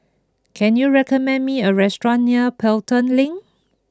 can you recommend me a restaurant near Pelton Link